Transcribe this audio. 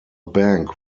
bank